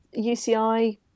UCI